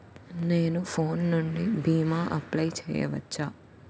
నేను ఫోన్ నుండి భీమా అప్లయ్ చేయవచ్చా?